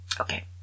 Okay